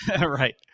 Right